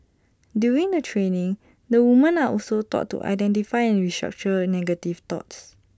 during the training the women are also taught to identify and restructure negative thoughts